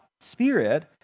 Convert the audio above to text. Spirit